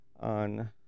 on